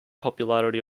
popularity